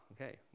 okay